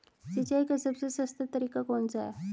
सिंचाई का सबसे सस्ता तरीका कौन सा है?